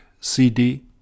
CD